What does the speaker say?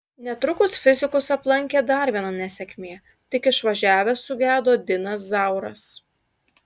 netrukus fizikus aplankė dar viena nesėkmė tik išvažiavęs sugedo dinas zauras